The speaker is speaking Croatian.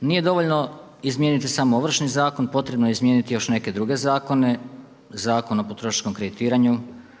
Nije dovoljno izmijeniti samo Ovršni zakon, potrebno je izmijeniti još neke druge zakone, Zakon o potrošačkom kreditiranju,